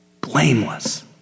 blameless